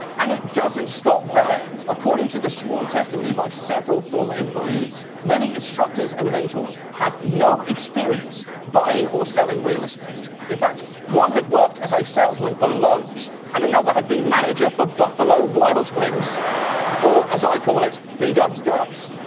and it doesn't stop there. according to the sworn testimony by several former employees, many instructors and mentors had no experience buying or selling real estate. in fact, one had worked as a salesmen for lowe's, and another had been manager for buffalo wild wings. audience laugh or as i call it, b-dubs-dubs.